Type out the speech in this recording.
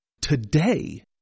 today